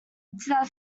that